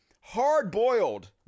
hard-boiled